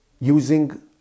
using